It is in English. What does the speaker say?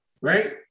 right